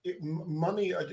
money